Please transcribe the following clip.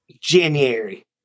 January